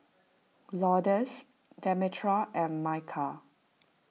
Lourdes Demetra and Mychal